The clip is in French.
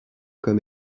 comme